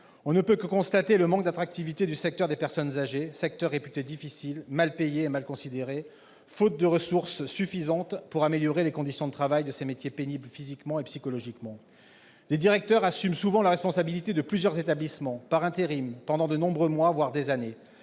On ne peut que constater le manque d'attractivité du secteur des personnes âgées, réputé difficile, mal payé et mal considéré, faute de ressources suffisantes pour améliorer les conditions de travail dans des métiers pénibles physiquement et psychologiquement. Des directeurs assument souvent la responsabilité de plusieurs établissements, par intérim, pendant de nombreux mois, voire des années.